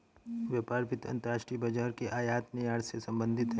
व्यापार वित्त अंतर्राष्ट्रीय बाजार के आयात निर्यात से संबधित है